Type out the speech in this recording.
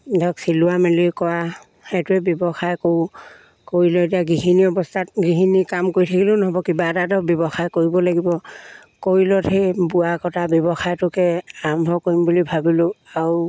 ধৰক চিলোৱা মেলি কৰা সেইটোৱে ব্যৱসায় কৰোঁ কৰি লৈ এতিয়া গৃহিণী অৱস্থাত গৃহিণী কাম কৰি থাকিলেও নহ'ব কিবা এটাতো ব্যৱসায় কৰিব লাগিব কৰিলত সেই বোৱা কটা ব্যৱসায়টোকে আৰম্ভ কৰিম বুলি ভাবিলোঁ আৰু